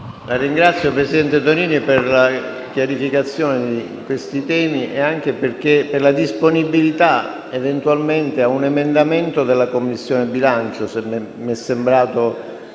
ringrazio, presidente Tonini, per la chiarificazione di questi temi e anche per la disponibilità eventualmente a un emendamento da parte della Commissione bilancio, considerato